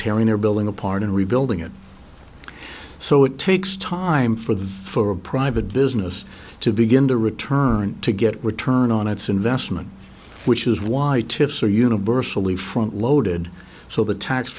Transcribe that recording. tearing their building apart and rebuilding it so it takes time for for a private business to begin to return to get return on its investment which is why tips are universally front loaded so the tax